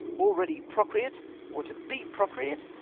already procreate or to be procreate,